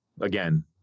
again